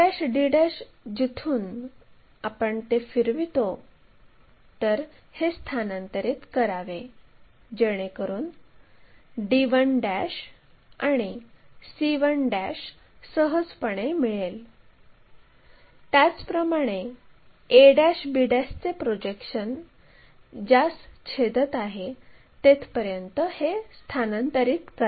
यासाठी XY या आडव्या लाईनच्या वर 50 मिमी अंतरावर एक लाईन काढा आणि बिंदू q पासून 120 डिग्रीची लाईन काढू आणि या बिंदूला r असे म्हणू